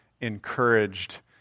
encouraged